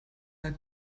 mal